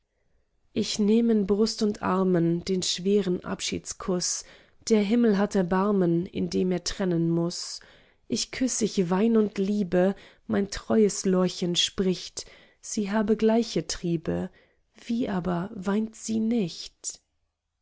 ich nehm in brust und armen den schweren abschiedskuß der himmel hat erbarmen indem er trennen muß ich küss ich wein und liebe mein treues lorchen spricht sie habe gleiche triebe wie aber weint sie nicht